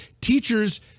teachers